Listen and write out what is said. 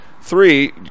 three